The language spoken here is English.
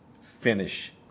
finish